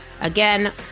Again